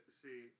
see